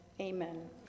amen